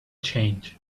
changed